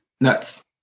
nuts